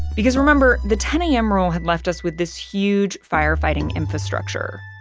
because remember, the ten am rule had left us with this huge fire fighting infrastructure.